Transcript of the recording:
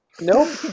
No